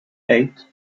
eight